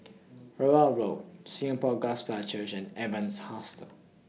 Rowell Road Singapore Gospel Church and Evans Hostel